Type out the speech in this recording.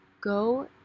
go